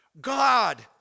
God